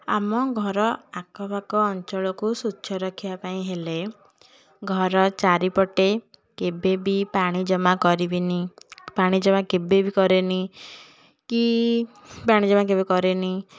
ଆମ ଘର ଆଖପାଖ ଅଞ୍ଚଳକୁ ସ୍ୱଚ୍ଛ ରଖିବାପାଇଁ ହେଲେ ଘର ଚାରିପଟେ କେବେ ବି ପାଣି ଜମା କରିବିନି ପାଣି ଜମା କେବେ ବି କରେନି କି ପାଣି ଜମା କେବେ କରେନି